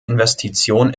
investition